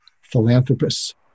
philanthropists